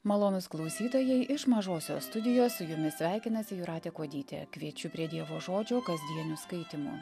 malonūs klausytojai iš mažosios studijos su jumis sveikinasi jūratė kuodytė kviečiu prie dievo žodžio kasdienių skaitymų